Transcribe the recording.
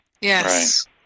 yes